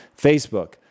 Facebook